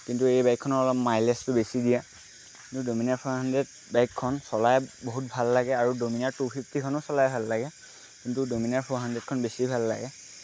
কিন্তু এই বাইকখনৰ অলপ মাইলেজটো বেছি দিয়ে কিন্তু ডমিনাৰ ফ'ৰ হাণ্ড্ৰেড বাইকখন চলাই বহুত ভাল লাগে আৰু ডমিনাৰ টু ফিফটিখনো চলাই ভাল লাগে কিন্তু ডমিনাৰ ফ'ৰ হাণ্ড্ৰেডখন বেছি ভাল লাগে